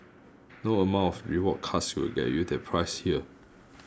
no amount of rewards cards will get you that price here